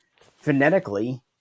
phonetically